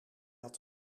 had